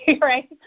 right